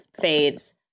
fades